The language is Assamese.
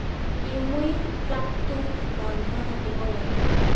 ইউমুই প্লাগটো বন্ধ থাকিব লাগে